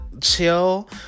chill